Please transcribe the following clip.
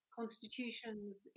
Constitutions